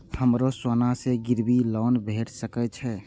हमरो सोना से गिरबी लोन भेट सके छे?